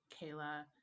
Kayla